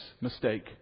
mistake